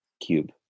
cube